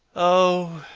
oh,